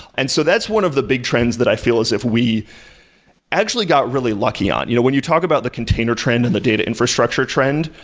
and so that's one of the big trends that i feel as if we actually got really lucky on. you know when you talk about the container trend and the data infrastructure trend,